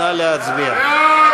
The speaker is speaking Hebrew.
נא להצביע.